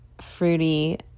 fruity